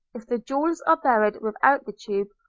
if the jewels are buried without the tube,